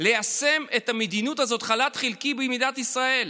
ליישם את המדיניות הזאת, חל"ת חלקי במדינת ישראל.